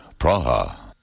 Praha